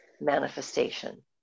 manifestation